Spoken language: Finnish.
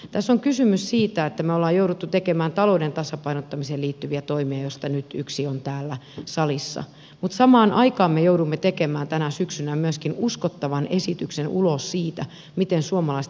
tässä on kysymys siitä että me olemme joutuneet tekemään talouden tasapainottamiseen liittyviä toimia joista nyt yksi on täällä salissa mutta samaan aikaan me joudumme tekemään tänä syksynä myöskin uskottavan esityksen ulos siitä miten suomalaista kestävyysvajetta pienennetään